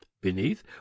beneath